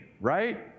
right